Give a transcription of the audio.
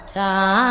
time